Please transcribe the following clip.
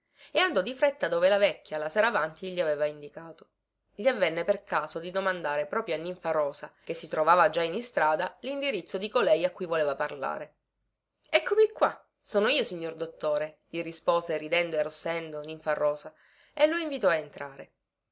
e andò di fretta dove la vecchia la sera avanti gli aveva indicato gli avvenne per caso di domandare proprio a ninfarosa che si trovava già in istrada lindirizzo di colei a cui voleva parlare eccomi qua sono io signor dottore gli rispose ridendo e arrossendo ninfarosa e lo invitò a entrare